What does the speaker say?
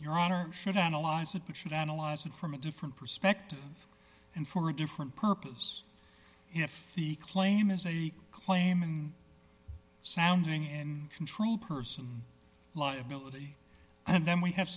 your honor shouldn't allies that we should analyze it from a different perspective and for a different purpose if the claim is a claim and sounding in control person liability and then we have